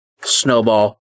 snowball